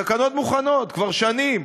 התקנות מוכנות כבר שנים.